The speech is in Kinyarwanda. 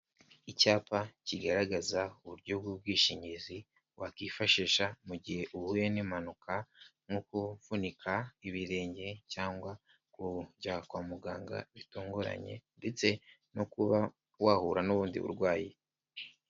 Icyapa kigaragaza uburyo bw'ubwishingizi wakwifashisha mu gihe uhuye n'impanuka no kuvunika ibirenge cyangwa kujya kwa muganga bitunguranye ndetse no kuba wahura n'ubundi burwayi.